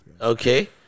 Okay